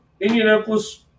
Indianapolis